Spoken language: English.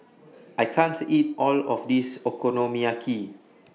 I can't eat All of This Okonomiyaki